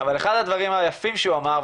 אבל אחד הדברים היפים שהוא אמר,